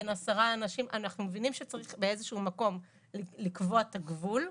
אנחנו מבינים שצריך באיזה שהוא מקום לקבוע את הגבול,